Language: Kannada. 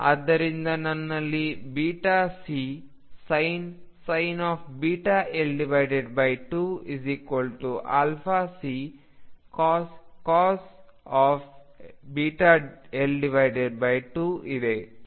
ಆದ್ದರಿಂದ ನನ್ನಲ್ಲಿ βCsin βL2 αCcos βL2 ಇದೆ